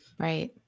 Right